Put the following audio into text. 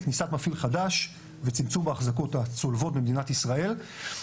כניסת מפעיל חדש וצמצום האחזקות הצולבות במדינת ישראל,